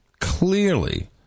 clearly